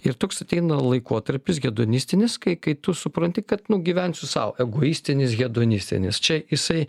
ir toks ateina laikotarpis hedonistinis kai kai tu supranti kad nu gyvensiu sau egoistinis hedonistinis čia jisai